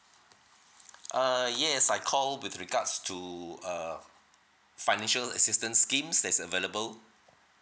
uh yes I call with regards to uh financial assistance schemes that's available